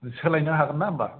सोलायनो हागोन ना होनबा